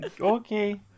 Okay